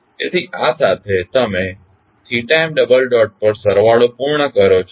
તેથી આ સાથે તમે m પર સરવાળો પૂર્ણ કરો છો